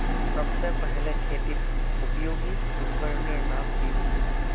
सबसे पहले खेतीत उपयोगी उपकरनेर नाम की?